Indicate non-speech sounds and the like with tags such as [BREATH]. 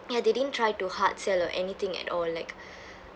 ya they didn't try to hard sell or anything at all like [BREATH]